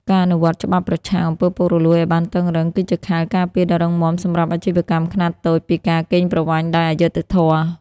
ការអនុវត្តច្បាប់ប្រឆាំង អំពើពុករលួយ ឱ្យបានតឹងរ៉ឹង គឺជាខែលការពារដ៏រឹងមាំសម្រាប់អាជីវកម្មខ្នាតតូចពីការកេងប្រវ័ញ្ចដោយអយុត្តិធម៌។